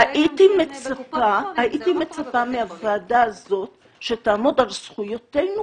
-- הייתי מצפה מהוועדה הזאת שתעמוד על זכויותינו